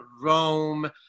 Rome